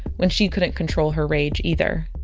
when she couldn't control her rage either?